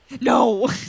no